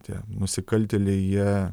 tie nusikaltėliai jie